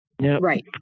Right